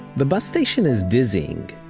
the bus station is dizzying.